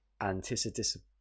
anticipation